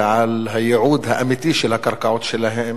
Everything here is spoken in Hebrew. על הייעוד האמיתי של הקרקעות שלהם